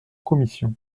commission